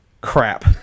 crap